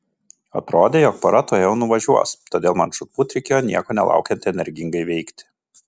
atrodė jog pora tuojau nuvažiuos todėl man žūtbūt reikėjo nieko nelaukiant energingai veikti